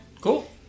cool